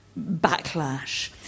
backlash